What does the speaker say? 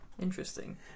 Interesting